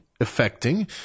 affecting